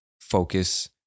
focus